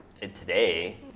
today